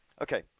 Okay